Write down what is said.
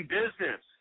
business